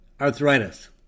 arthritis